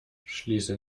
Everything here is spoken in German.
schließe